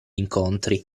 incontri